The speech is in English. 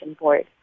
board